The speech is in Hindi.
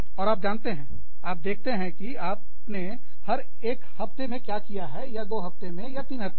और आप जानते हैं आप देखते है कि आपने हर एक हफ्ते में क्या किया है या 2 हफ्ते में या 3 हफ्ते में